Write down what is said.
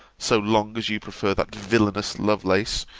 so long as you prefer that villainous lovelace,